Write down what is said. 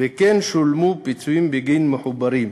וכן שולמו פיצויים בגין מחוברים.